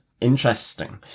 interesting